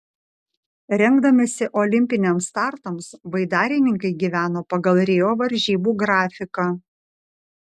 rengdamiesi olimpiniams startams baidarininkai gyveno pagal rio varžybų grafiką